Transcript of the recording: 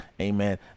amen